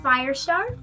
Firestar